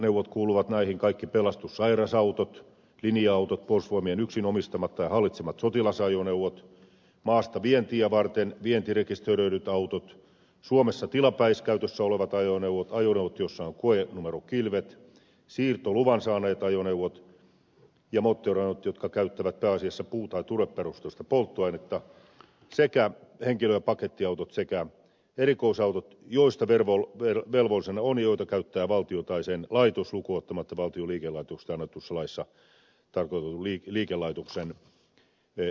museoajoneuvot kuuluvat näihin kaikki pelastus ja sairasautot linja autot puolustusvoimien yksin omistamat tai hallitsemat sotilasajoneuvot maasta vientiä varten vientirekisteröidyt autot suomessa tilapäiskäytössä olevat ajoneuvot ajoneuvot joissa on koenumerokilvet siirtoluvan saaneet ajoneuvot ja moottoriajoneuvot jotka käyttävät pääasiassa puu tai turveperusteista polttoainetta henkilö ja pakettiautot sekä erikoisautot joista verovelvollisena on ja joita käyttää valtio tai sen laitos lukuun ottamatta valtion liikelaitoksista annetussa laissa tarkoitetun liikelaitoksen ajoneuvoja